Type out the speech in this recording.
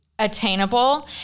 attainable